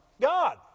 God